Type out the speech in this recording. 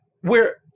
where-